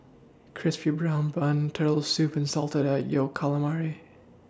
Crispy Brown Bun Turtle Soup and Salted Egg Yolk Calamari